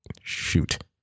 shoot